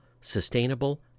sustainable